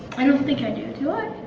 i don't think i do, do